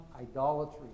idolatry